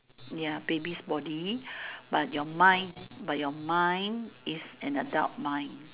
ya baby's body but your mind but your mind is an adult mind